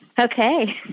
Okay